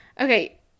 Okay